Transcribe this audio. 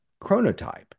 chronotype